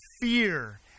fear